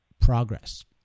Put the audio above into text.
progress